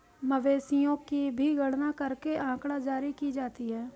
मवेशियों की भी गणना करके आँकड़ा जारी की जाती है